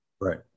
Right